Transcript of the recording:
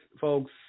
folks